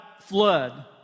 flood